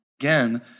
again